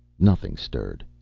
nothing stirred.